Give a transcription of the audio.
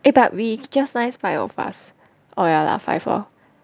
eh but we just nice five of us oh ya lah five hor